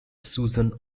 susan